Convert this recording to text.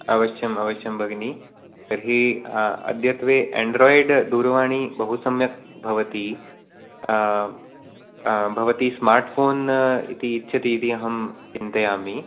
अवश्यं अवश्यं भगिनी तर्हि अद्यत्वे एण्ड्राय्ड् दूरवाणी बहुसम्यक् भवति भवती स्मार्ट् फोन् इति इच्छति इति अहं चिन्तयामि